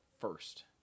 first